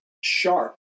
sharp